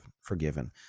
forgiven